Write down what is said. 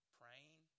praying